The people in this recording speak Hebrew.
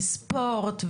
בספורט,